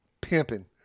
pimping